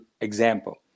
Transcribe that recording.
example